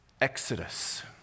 exodus